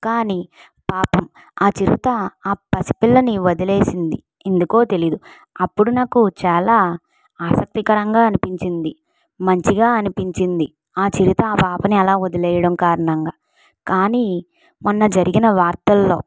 కానీ పాపం ఆ చిరుత ఆ పసిపిల్లని వదిలేసింది ఎందుకో తెలియదు అప్పుడు నాకు చాలా ఆసక్తికరంగా అనిపించింది మంచిగా అనిపించింది ఆ చిరుత ఆ పాపని అలా వదిలేయడం కారణంగా కానీ మొన్న జరిగిన వార్తల్లో